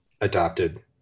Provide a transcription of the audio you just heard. adopted